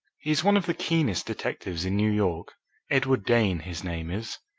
he is one of the keenest detectives in new york edward dane his name is.